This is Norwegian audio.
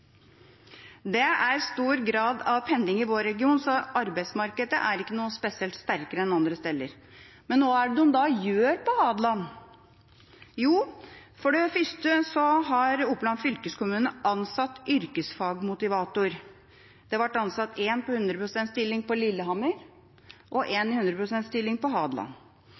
Det er stor grad av pendling i vår region, så arbeidsmarkedet er ikke noe spesielt sterkere enn andre steder. Men hva er det da de gjør på Hadeland? Jo, for det første har Oppland fylkeskommune ansatt yrkesfagmotivatorer. Det ble ansatt en i 100 pst. stilling på Lillehammer og en i 100 pst. stilling på Hadeland.